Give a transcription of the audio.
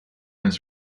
his